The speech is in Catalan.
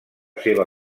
seva